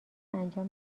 انجام